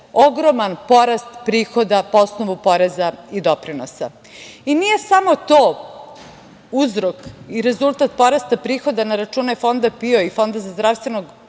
ogroman porast prihoda po osnovu poreza i doprinosa.I nije samo to uzrok i rezultat porasta prihoda na račune fonda PIO i Fonda za zdravstveno